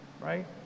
right